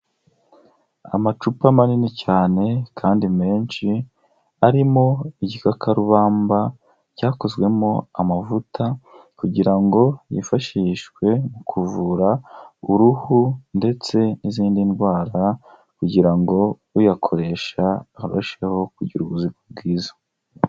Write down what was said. Amacupa manini cyane kandi menshi, arimo igikakarubamba cyakozwemo amavuta kugira ngo yifashishwe mu kuvura uruhu ndetse n'izindi ndwara, kugira ngo uyakoresha arusheho kugira ubuzima bwiza.